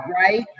right